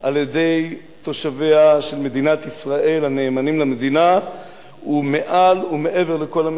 על-ידי תושביה של מדינת ישראל הנאמנים למדינה היא מעל ומעבר לכל המצופה,